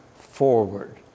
forward